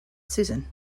susan